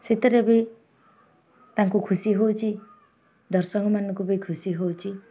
ସେଥିରେ ବି ତାଙ୍କୁ ଖୁସି ହେଉଛି ଦର୍ଶକମାନଙ୍କୁ ବି ଖୁସି ହେଉଛି